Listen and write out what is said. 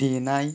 देनाय